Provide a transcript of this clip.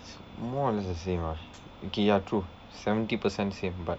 it's more or less the same ah okay ya true seventy percent same but